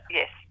yes